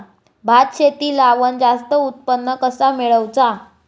भात शेती लावण जास्त उत्पन्न कसा मेळवचा?